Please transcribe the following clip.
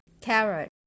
carrot